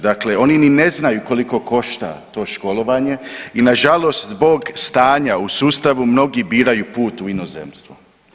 Dakle, oni ni ne znaju koliko košta to školovanje i na žalost zbog stanja u sustavu mnogi biraju put u inozemstvo.